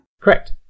Correct